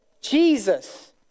Jesus